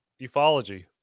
ufology